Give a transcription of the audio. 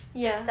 ya